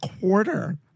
quarter